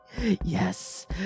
Yes